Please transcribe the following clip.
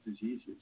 diseases